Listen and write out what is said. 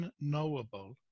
unknowable